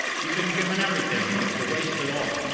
you've been given everything and yet you waste it all.